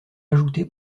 ajoutée